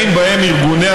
בנוסף לזה,